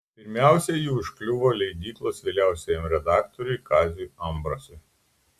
pirmiausia ji užkliuvo leidyklos vyriausiajam redaktoriui kaziui ambrasui